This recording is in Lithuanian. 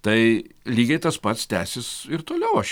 tai lygiai tas pats tęsis ir toliau aš